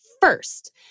first